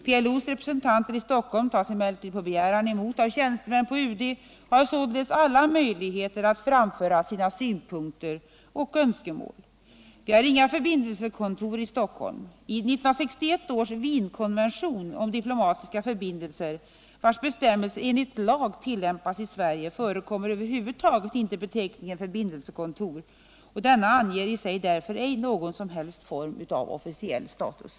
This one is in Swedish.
PLO:s representanter i Stockholm tas emellertid på begäran emot av tjänstemän på UD och har således alla möjligheter att framföra sina synpunkter och önskemål. Vi har inga förbindelsekontor i Stockholm. I 1961 års Wienkonvention om diplomatiska förbindelser, vars bestämmelser enligt lag tillämpas av Sverige, förekommer över huvud taget inte beteckningen förbindelsekontor och denna anger i sig därför ej någon som helst form av officiell status.